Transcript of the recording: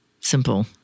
simple